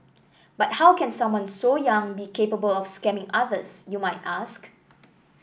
but how can someone so young be capable of scamming others you might ask